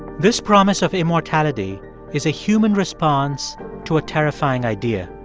this promise of immortality is a human response to a terrifying idea,